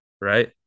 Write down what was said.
right